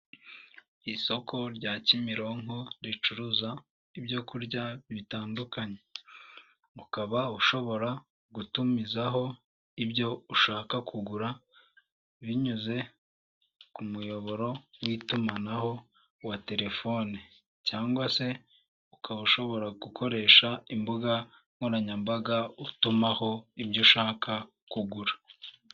Isoko rya kimironko ricuruza ibyokurya bitandukanye, ukaba ushobora gutumizaho ibyo ushaka kugura binyuze ku muyoboro w'itumanaho wa telefoni cyangwa se ukaba ushobora gukoresha imbuga nkoranyambaga utumaho ibyo ushaka kugura.